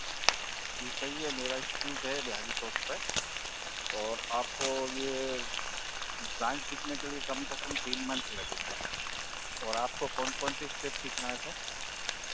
जी सही है मेरा इंस्टीट्यूट है बिहारी चौक पर और आपको यह डांस सीखने के लिए कम से कम तीन मंथ लगेंगे और आपको कौन कौनसी स्टेप सीखना है सर